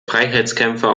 freiheitskämpfer